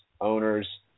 Owners